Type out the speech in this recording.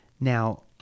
Now